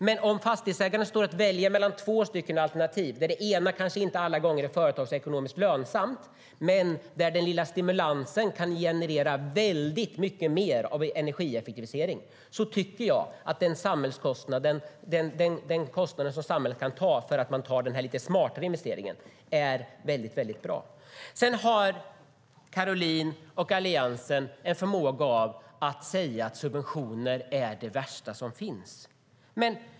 Men om fastighetsägaren står och väljer mellan två alternativ, där det ena kanske inte alla gånger är företagsekonomiskt lönsamt men där den lilla stimulansen kan generera mycket mer av energieffektivisering, tycker jag att det är bra med den kostnad som samhället kan ta för att man väljer den lite smartare investeringen. Caroline och Alliansen har en förmåga att säga att subventioner är det värsta som finns.